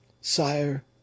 Sire